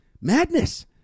madness